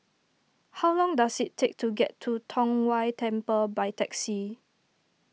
how long does it take to get to Tong Whye Temple by taxi